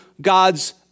God's